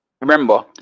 remember